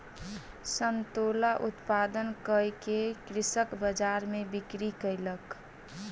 संतोला उत्पादन कअ के कृषक बजार में बिक्री कयलक